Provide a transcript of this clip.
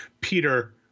Peter